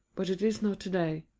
but it is not today.